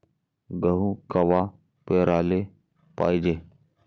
गहू कवा पेराले पायजे?